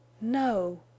No